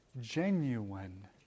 genuine